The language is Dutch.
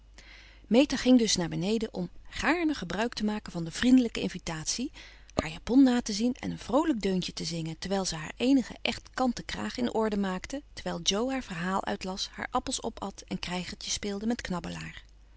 meta ging dus naar beneden om gaarne gebruik te maken van de vriendelijke invitatie haar japon na te zien en een vroolijk deuntje te zingen terwijl ze haar eenigen echt kanten kraag in orde maakte terwijl jo haar verhaal uitlas haar appels opat en krijgertje speelde met knabbelaar